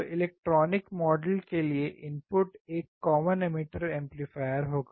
तो electronic model के लिए इनपुट एक कॉमन एमिटर एम्पलीफायर होगा